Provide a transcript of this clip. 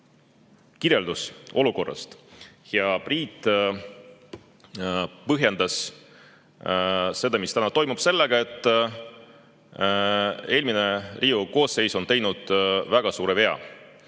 kirjeldus olukorrast ja Priit põhjendas seda, mis täna toimub, sellega, et eelmine Riigikogu koosseis on teinud väga suure vea.